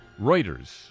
Reuters